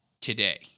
today